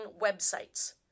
websites